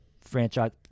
franchise